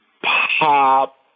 pop